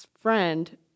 friend